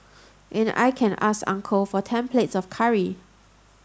and I can ask uncle for ten plates of curry